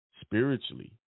spiritually